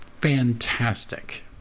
fantastic